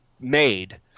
made